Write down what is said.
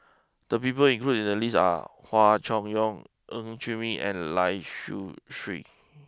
the people included in the list are Hua Chai Yong Ng Chee Meng and Lai Siu Chiu